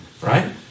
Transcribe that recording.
Right